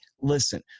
listen